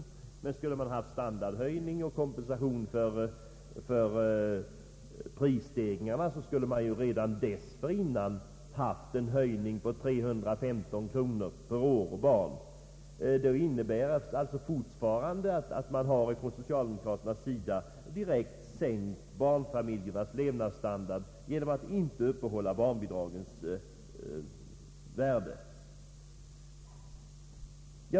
Skulle man velat åstadkomma en standardhöjning och kompensation för prisstegringarna så borde man redan dessförinnan infört en höjning på 315 kronor per år och barn. Det nuvarande läget innebär alltså fortfarande att socialdemokraterna direkt sänkt barnfamiljernas levnadsstandard genom att inte upprätthålla barnbidragens värde.